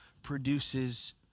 Produces